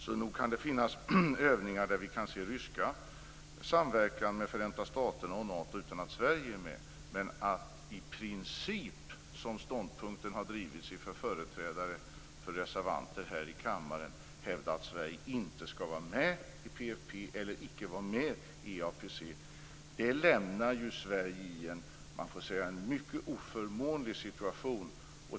Så nog kan det finnas övningar där vi kan se rysk samverkan med Förenta staterna och Nato utan att Sverige är med. Men vissa företrädare för reservanterna har här i kammaren drivit ståndpunkten att Sverige inte skall vara med i PFF eller EAPR. Det lämnar ju Sverige i en mycket oförmånlig situation.